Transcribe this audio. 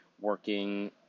working